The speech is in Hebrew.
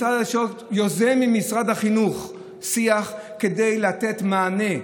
משרד התקשורת יוזם עם משרד החינוך שיח כדי לתת מענה.